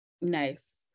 nice